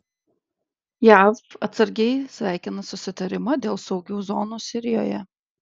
jav atsargiai sveikina susitarimą dėl saugių zonų sirijoje